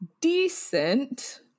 decent